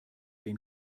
den